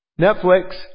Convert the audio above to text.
Netflix